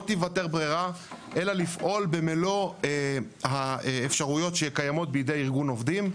תיוותר ברירה אלא לפעול במלוא האפשרויות שקיימות בידי ארגון עובדים.